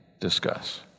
discuss